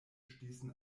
stießen